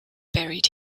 buried